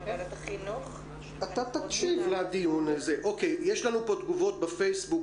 יש לנו פה תגובות בפייסבוק.